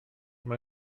mae